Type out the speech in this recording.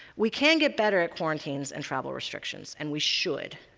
we can get better at quarantines and travel restrictions, and we should.